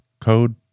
code